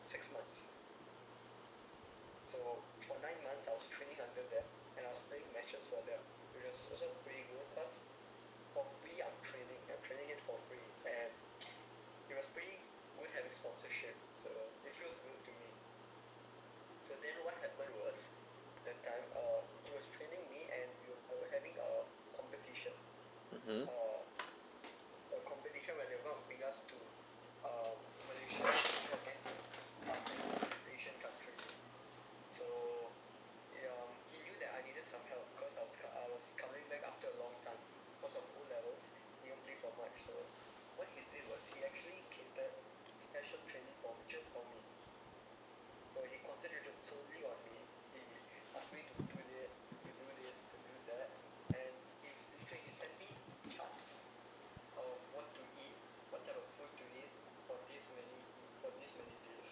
(uh huh)